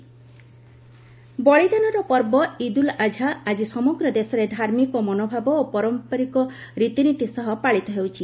ଇଦ୍ ଉଲ୍ ଆଝା ବଳିଦାନର ପର୍ବ ଇଦ୍ ଉଲ୍ ଆଝା ଆଜି ସମଗ୍ର ଦେଶରେ ଧାର୍ମିକ ମନୋଭାବ ଓ ପାରମ୍ପରିକ ରୀତିନୀତି ସହ ପାଳିତ ହେଉଛି